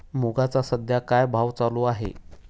मुगाचा सध्या काय भाव चालू आहे?